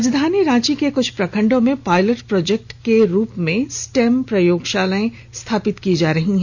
राजधानी रांची के कुछ प्रखंडों में पायलट प्रोजेक्ट के रूप में स्टेम प्रयोगशालाएं स्थापित की जा रही हैं